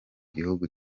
gihugu